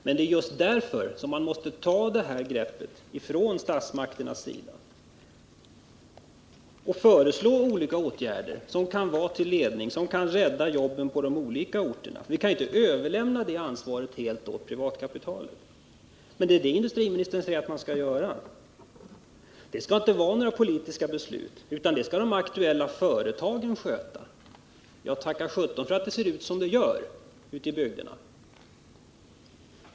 Men det är just därför man måste ta det här greppet från statsmakternas sida och föreslå olika åtgärder som kan vara till ledning och som kan rädda jobben på de olika orterna. Vi kan ju inte överlämna det ansvaret helt åt privatkapitalet. Men det är det industriministern säger att man skall göra. Det skall inte vara några politiska beslut, utan detta skall de aktuella företagen sköta. Ja, tacka för att det ser ut som det gör ute i bygderna.